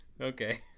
okay